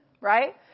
Right